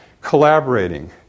Collaborating